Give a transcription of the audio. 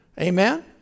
Amen